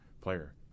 player